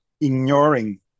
ignoring